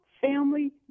family